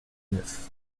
neuf